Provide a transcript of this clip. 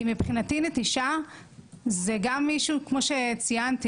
כי מבחינתי נטישה זה גם מישהו כמו שציינתי